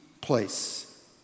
place